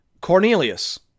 Cornelius